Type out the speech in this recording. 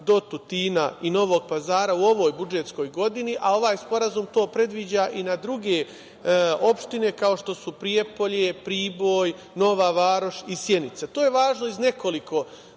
do Tutina i Novog Pazara u ovoj budžetskoj godini, a ovaj sporazum to predviđa i na druge opštine, kao što su Prijepolje, Priboj, Nova Varoš i Sjenica. To je važno iz nekoliko